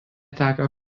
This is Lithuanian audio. teka